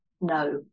no